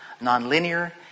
non-linear